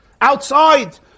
Outside